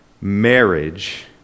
marriage